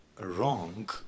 wrong